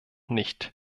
nicht